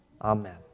Amen